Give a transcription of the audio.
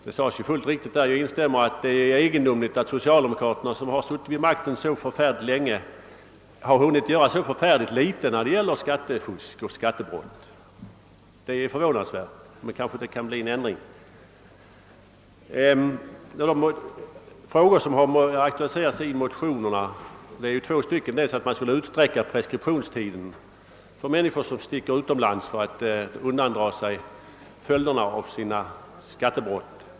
Det sades fullt riktigt att det är egendomligt att socialdemokraterna, som suttit vid makten så länge, har hunnit göra så litet när det gäller åtgärder mot skatteflykt och skattefusk. Det är förvånande, men det kan kanske bli en ändring. Det är två frågor som har aktualiserats i motionerna. För det första skulle man öka preskriptionstiden i sådana fall där människor far utomlands för att undandra sig följderna av sina skattebrott.